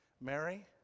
Mary